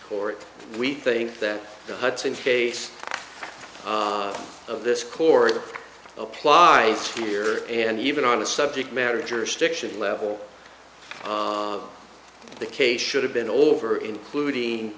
court we think that the hudson kate of this court apply here and even on a subject matter jurisdiction level the case should have been over including